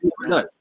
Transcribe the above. no